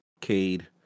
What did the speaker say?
Cade